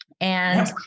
And-